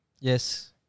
Yes